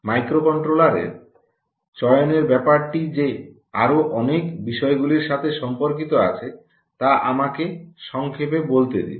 মাইক্রোকন্ট্রোলারের চয়নের ব্যাপারটি যে আরও অনেক বিষয়গুলির সাথে সম্পর্কিত আছে তা আমাকে সংক্ষেপে বলতে দিন